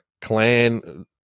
clan